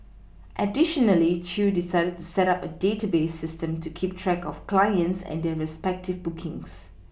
additionally Chew decided to set up a database system to keep track of clients and their respective bookings